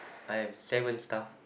I have seven staff